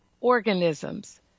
organisms